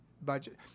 Budget